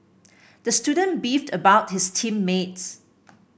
the student beefed about his team mates